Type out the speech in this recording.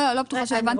אני לא בטוחה שהבנתי,